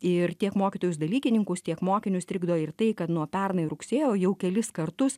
ir tiek mokytojus dalykininkus tiek mokinius trikdo ir tai kad nuo pernai rugsėjo jau kelis kartus